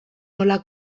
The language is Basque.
nola